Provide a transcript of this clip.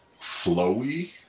flowy